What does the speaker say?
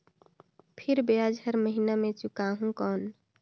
फिर ब्याज हर महीना मे चुकाहू कौन?